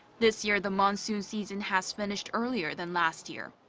this year the monsoon season has finished earlier than last year.